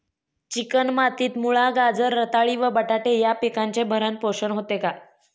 Chicken मातीत मुळा, गाजर, रताळी व बटाटे या पिकांचे भरण पोषण होते का?